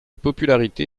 popularité